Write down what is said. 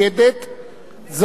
כאשר היא לא מביעה את דעתה,